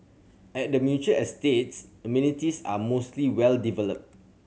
at the mature estates amenities are mostly well developed